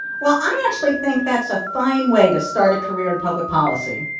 well, i actually think that's a fine way to start a career in public policy.